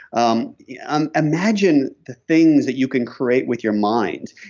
um yeah um imagine the things that you could create with your mind.